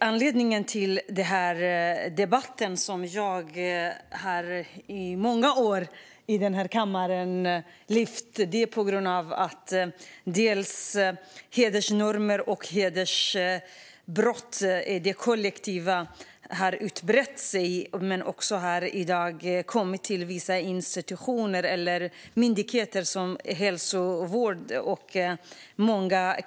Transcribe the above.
Anledningen till debatten är att det som jag i många år har lyft upp i den här kammaren, dels hedersnormer, dels hedersbrott i det kollektiva, har brett ut sig och har i dag kommit till vissa institutioner, myndigheter och hälso och sjukvården.